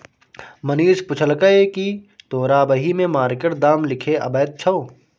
मनीष पुछलकै कि तोरा बही मे मार्केट दाम लिखे अबैत छौ